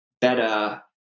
better